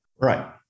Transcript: Right